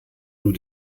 nur